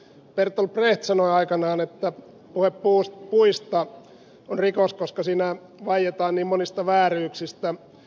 bertolt brecht sanoi aikanaan että puhe puista on rikos koska siinä vaietaan niin monista vääryyksistä